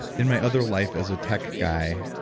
in my other life as a tech guy,